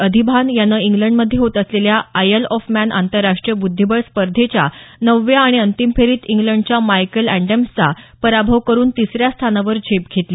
अधिबान यानं इंग्लंडमध्ये होत असलेल्या आयल आॅफ मॅन आंतरराष्ट्रीय ब्ध्दिबळ स्पर्धेच्या नवव्या आणि अंतिम फेरीत इंग्लंडच्या मायकेल एडॅम्सचा पराभव करुन तिसऱ्या स्थानावर झेप घेतली